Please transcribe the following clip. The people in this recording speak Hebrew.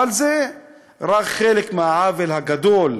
אבל זה רק חלק מהעוול הגדול,